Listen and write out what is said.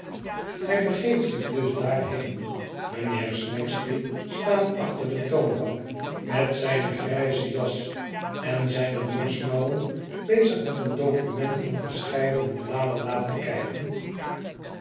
hij begeeft zich dus daarheen mijnheer snagsby staat achter de toonbank met zijne grijze jas en zijne morsmouwen bezig met een document van verscheidene bladen na te kijken